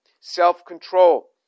self-control